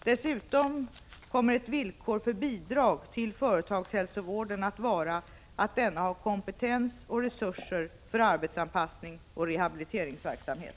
Dessutom kommer ett villkor för bidrag till företagshälsovården att vara att denna har kompetens och resurser för arbetsanpassningsoch rehabiliteringsverksamhet.